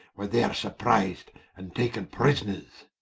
were there surpriz'd, and taken prisoners.